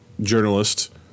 journalist